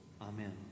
Amen